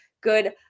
good